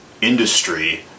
industry